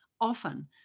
often